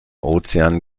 ozean